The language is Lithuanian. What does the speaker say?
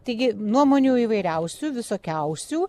taigi nuomonių įvairiausių visokiausių